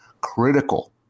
critical